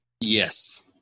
Yes